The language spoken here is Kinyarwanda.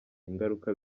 ingaruka